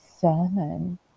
sermon